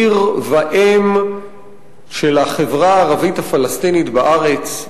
עיר ואם של החברה הערבית הפלסטינית בארץ,